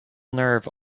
nerve